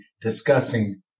discussing